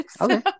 Okay